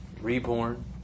reborn